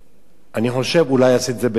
אני חושב שאולי עשית את זה בתום לב,